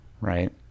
right